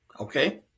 Okay